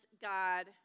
God